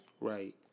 Right